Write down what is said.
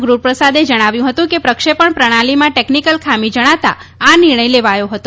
ગુરૂપ્રસાદે જણાવ્યું હતં કે પ્રક્ષેપણ પ્રણાલીમાં ટેકનીકલ ખામી જણાતા આ નિર્ણય લેવાથો હતો